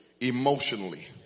emotionally